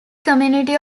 community